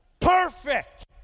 Perfect